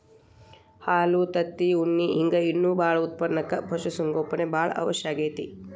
ಹಾಲು ತತ್ತಿ ಉಣ್ಣಿ ಹಿಂಗ್ ಇನ್ನೂ ಬಾಳ ಉತ್ಪನಕ್ಕ ಪಶು ಸಂಗೋಪನೆ ಬಾಳ ಅವಶ್ಯ ಆಗೇತಿ